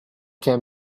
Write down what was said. can